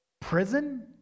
Prison